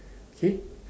okay